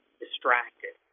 distracted